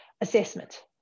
assessment